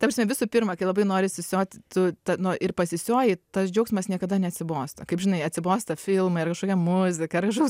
ta prasme visų pirma kai labai nori sisioti tu nu ir pasisioji tas džiaugsmas niekada neatsibosta kaip žinai atsibosta filmai ar kažkokia muzika ar kažkoks